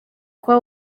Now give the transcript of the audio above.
kuba